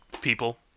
people